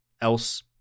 else